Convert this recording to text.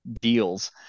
deals